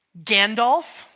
Gandalf